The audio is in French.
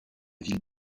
ville